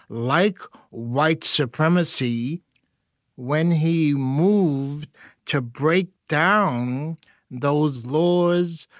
like white supremacy when he moved to break down those laws,